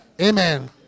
Amen